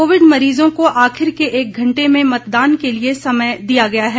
Covid मरीजों को आखिर के एक घंटे में मतदान के लिए समय दिया गया है